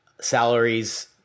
salaries